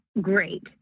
great